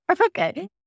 Okay